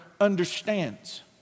understands